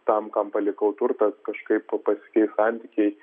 tam kam palikau turtą kažkaip pasikeis santykiai